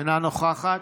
אינה נוכחת,